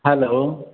hello